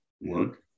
Work